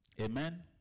Amen